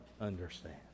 understand